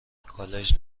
کالج